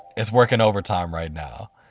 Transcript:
it's working overtime right now.